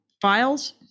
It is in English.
files